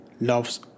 loves